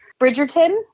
Bridgerton